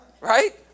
Right